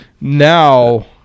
Now